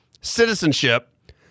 citizenship